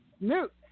Newt